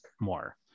more